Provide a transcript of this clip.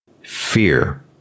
Fear